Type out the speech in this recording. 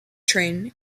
train